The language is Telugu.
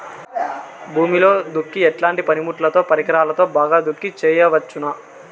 భూమిలో దుక్కి ఎట్లాంటి పనిముట్లుతో, పరికరాలతో బాగా దుక్కి చేయవచ్చున?